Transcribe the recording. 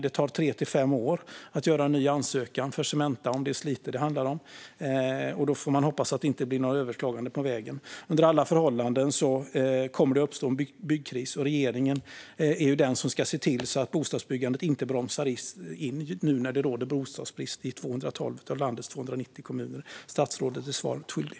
Det tar tre till fem år att göra en ny ansökan för Cementa, om det är Slite det handlar om, och då får man hoppas att det inte blir något överklagande på vägen. Under alla förhållanden kommer det att uppstå en byggkris. Regeringen är den som ska se till att bostadsbyggandet inte bromsar in nu när det råder bostadsbrist i 212 av landets 290 kommuner. Statsrådet är svaret skyldig.